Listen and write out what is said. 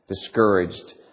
discouraged